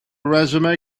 resume